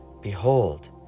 Behold